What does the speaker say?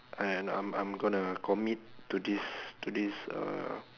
and I'm I'm gonna commit to this to this uh